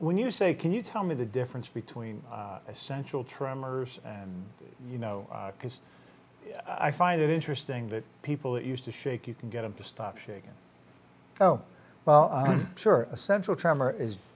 when you say can you tell me the difference between essential tremors and you know because i find it interesting that people that used to shake you can get him to stop shaking oh well sure essential tremor is